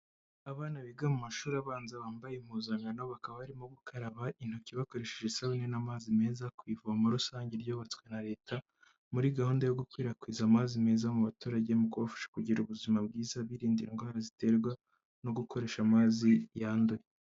Abana biga mu mashuri abanza bambaye impuzankano bakaba barimo gukaraba intoki bakoresheje isabune n'amazi meza ku ivomo rusange ryubatswe na leta muri gahunda yo gukwirakwiza amazi meza mu baturage bikabafasha kugira ubuzima bwiza birinda indwara ziterwa no gukoresha amzi yanduye.